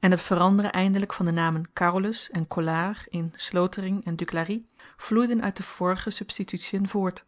en t veranderen eindelyk van de namen carolus en collard in slotering en duclari vloeiden uit de vorige substitutien voort